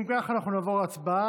אם כך, אנחנו נעבור להצבעה.